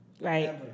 Right